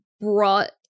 brought